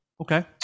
Okay